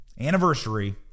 anniversary